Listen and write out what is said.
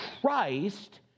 Christ